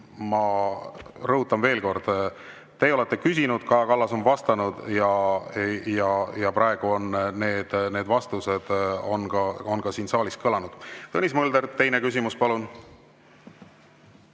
Ma rõhutan veel kord: teie olete küsinud, Kaja Kallas on vastanud ja praegu on need vastused ka siin saalis kõlanud. Tõnis Mölder, teine küsimus, palun!